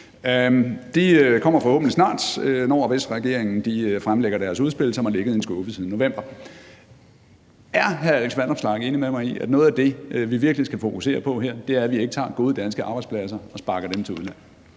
De kommer forhåbentlig snart – når og hvis regeringen fremlægger sit udspil, som har ligget i en skuffe siden november. Er hr. Alex Vanopslagh ikke enig med mig i, at noget af det, vi virkelig skal fokusere på her, er, at vi ikke tager gode danske arbejdspladser og sparker dem til udlandet?